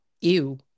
ew